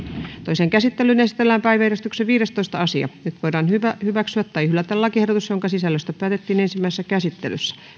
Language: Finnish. toiseen käsittelyyn esitellään päiväjärjestyksen viidestoista asia nyt voidaan hyväksyä tai hylätä lakiehdotus jonka sisällöstä päätettiin ensimmäisessä käsittelyssä